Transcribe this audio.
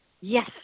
Yes